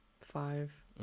Five